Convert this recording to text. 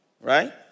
right